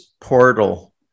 portal